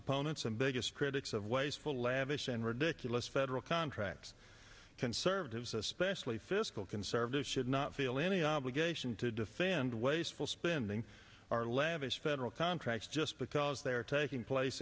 opponents and biggest critics of wasteful lavish and ridiculous federal contract conservatives especially fiscal conservatives should not feel any obligation to defend wasteful spending or lavish federal contracts just because they are taking place